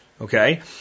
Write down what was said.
Okay